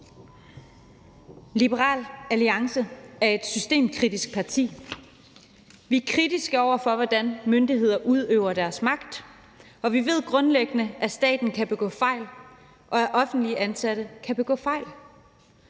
Liberal Alliance er et systemkritisk parti. Vi er kritiske over for, hvordan myndigheder udøver deres magt, og vi ved grundlæggende, at staten kan begå fejl, og at offentligt ansatte kan begå fejl.